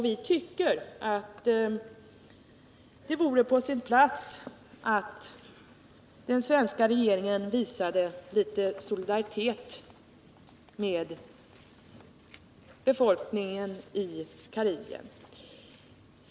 Vi tycker att det vore på sin plats att den svenska regeringen visade litet solidaritet med befolkningen i Karibien.